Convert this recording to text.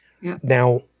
Now